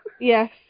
Yes